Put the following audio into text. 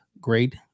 great